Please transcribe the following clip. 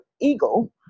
ego